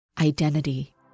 Identity